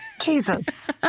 Jesus